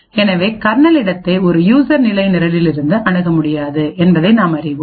எனவே கர்னல் இடத்தை ஒரு யூசர் நிலை நிரலிலிருந்து அணுக முடியாது என்பதை நாம் அறிவோம்